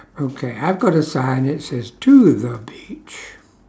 okay I've got a sign it says to the beach